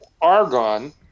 argon